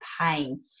pain